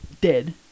dead